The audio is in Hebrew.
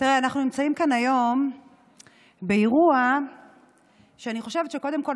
אנחנו נמצאים כאן היום באירוע שאני חושבת שקודם כול